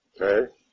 okay